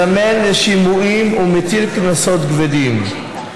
והוא מזמן לשימועים ומטיל קנסות כבדים.